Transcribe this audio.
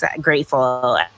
grateful